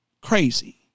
crazy